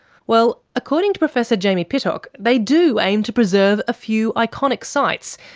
well, according to professor jamie pittock, they do aim to preserve a few iconic sites,